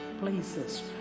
places